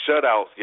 shutouts